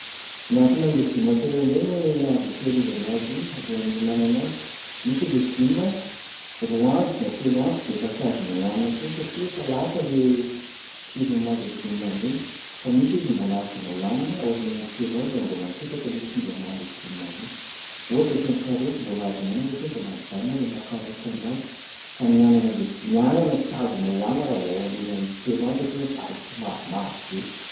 Miankina am'legioma tsirairay indray ny azo hitahirizana azy alohan'ny ihinanana azy. Misy legioma roa andro na telo andro de efa tsy azonao hohanina intsony satria efa lasa lay tsiro maha-legioma azy iny fa misy izy mbola azonao hohanina ao aorianan'ny telo andro raha mbola mipetraka lay singa maha-legioma azy iny. Ohatra ohatran'ny karaoty mbola azonao hohanina satria mbola mijanona lay maha-karaoty anazy fa ny anana leg- ny anana tsy azonao hohanina raha vao ao arianan'ny telo andro satria mivadika mavomavo be.